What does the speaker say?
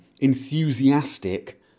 enthusiastic